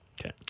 Okay